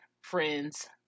friends